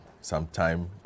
sometime